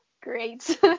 Great